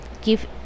give